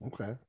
Okay